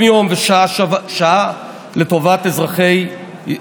סליחה, אזולאי.